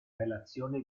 relazione